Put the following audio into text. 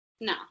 No